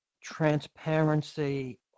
Transparency